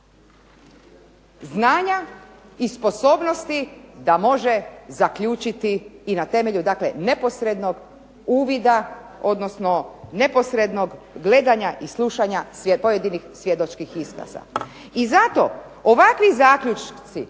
znanja i sposobnosti da može zaključiti i na temelju neposrednog uvida odnosno neposrednog gledanja i slušanja pojedinih svjedočkih iskaza. I zato ovakvi zaključci